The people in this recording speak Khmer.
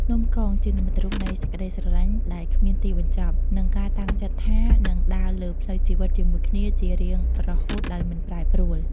នំកង ជានិមិត្តរូបនៃសេចក្ដីស្រឡាញ់ដែលគ្មានទីបញ្ចប់ និងការតាំងចិត្តថានឹងដើរលើផ្លូវជីវិតជាមួយគ្នាជារៀងរហូតដោយមិនប្រែប្រួល។